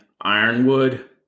Ironwood